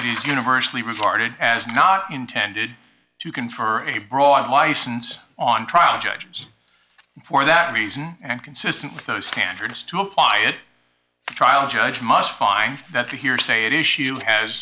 universally regarded as not intended to confer a broad license on trial judges for that reason and consistent with those standards to apply it to trial judge must find that the hearsay it issue has